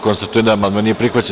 Konstatujem da amandman nije prihvaćen.